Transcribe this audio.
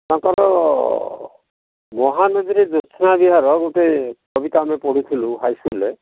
ତାଙ୍କର ମହାନଧିରେ ଜୋଛନ୍ନା ବିହାର ଗୋଟେ କବିତା ଆମେ ପଢ଼ୁଥିଲୁ ହାଇସ୍କୁଲରେ